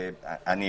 אני